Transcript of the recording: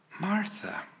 Martha